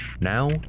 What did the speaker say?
Now